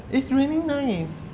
it's really nice